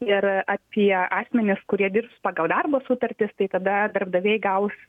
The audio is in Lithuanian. ir apie asmenis kurie dirbs pagal darbo sutartis tai tada darbdaviai gaus